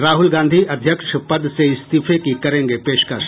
राहुल गांधी अध्यक्ष पद से इस्तीफे की करेंगे पेशकश